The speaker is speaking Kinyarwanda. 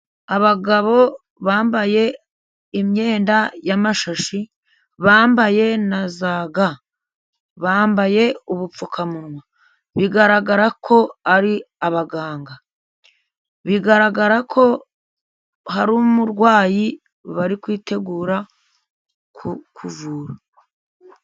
Abagabo bambaye imyenda y'amashashi, bambaye na za ga. Bambaye ubupfukamunwa, bigaragara ko ari abaganga. Bigaragara ko hari umurwayi bari kwitegura kuvura.